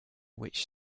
which